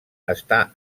està